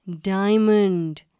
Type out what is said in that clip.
Diamond